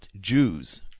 Jews